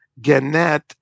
Gannett